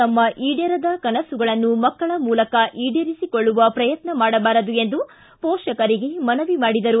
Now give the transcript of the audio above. ತಮ್ಮ ಈಡೇರದ ಕನಸುಗಳನ್ನು ಮಕ್ಕಳ ಮೂಲಕ ಈಡೇರಿಸಿಕೊಳ್ಳುವ ಪ್ರಯತ್ನ ಮಾಡಬಾರದು ಎಂದು ಪೋಷಕರಿಗೆ ಮನವಿ ಮಾಡಿದರು